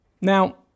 Now